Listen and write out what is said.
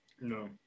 no